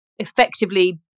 Effectively